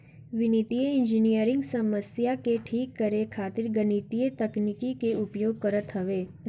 वित्तीय इंजनियरिंग समस्या के ठीक करे खातिर गणितीय तकनीकी के उपयोग करत हवे